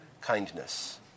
kindness